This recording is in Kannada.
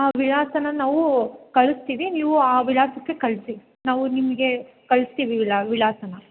ಹಾಂ ವಿಳಾಸನ ನಾವು ಕಳಿಸ್ತೀವಿ ನೀವು ಆ ವಿಳಾಸಕ್ಕೆ ಕಳಿಸಿ ನಾವು ನಿಮಗೆ ಕಳಿಸ್ತೀವಿ ವಿಳಾ ವಿಳಾಸನ